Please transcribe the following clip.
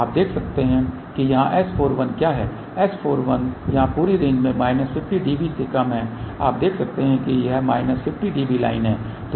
अब देखते हैं कि यहाँ S41 क्या है S41 यहाँ पूरी रेंज में माइनस 50 dB से कम है आप देख सकते हैं कि यह माइनस 50 dB लाइन है